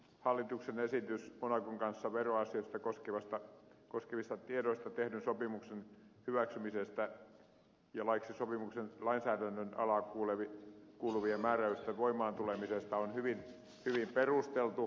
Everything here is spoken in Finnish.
hallituksen esitys monacon kanssa veroasioita koskevista tiedoista tehdyn sopimuksen hyväksymisestä ja laiksi sopimuksen lainsäädännön alaan kuuluvien määräysten voimaan tulemisesta on hyvin perusteltu